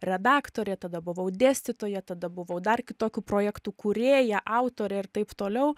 redaktorė tada buvau dėstytoja tada buvau dar kitokių projektų kūrėja autorė ir taip toliau